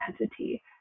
entity